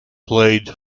played